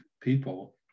people